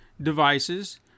devices